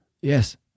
Yes